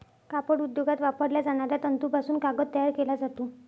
कापड उद्योगात वापरल्या जाणाऱ्या तंतूपासून कागद तयार केला जातो